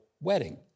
wedding